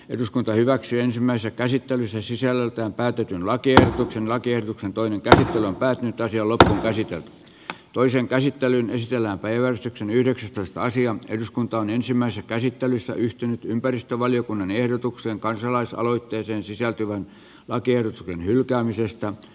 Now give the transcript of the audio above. eduskunta hyväksyi ensimmäisen käsittelyssä sisällöltään päätetyn lakiehdotuksen lakiehdotuksen toinen käsittely on päättynyt olisi ollut esittänyt toisen käsittelyn ja siellä päiväystyksen yhdeksästoista asian eduskuntaan ensimmäisessä käsittelyssä yhtynyt ympäristövaliokunnan ehdotukseen kansalaisaloitteeseen sisältyvän lakiehdotuksen hylkäämisestä